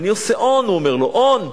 אני עושה הון, הוא אומר לו: הון.